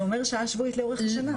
זה אומר שעה שבועית לאורך השנה.